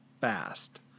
fast